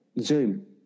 Zoom